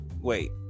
Wait